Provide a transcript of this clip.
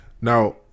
Now